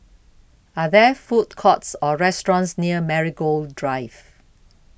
Are There Food Courts Or restaurants near Marigold Drive